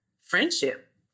friendship